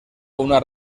una